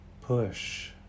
push